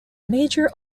major